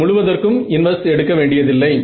நீங்கள் முழுவதற்கும் இன்வர்ஸ் எடுக்க வேண்டியதில்லை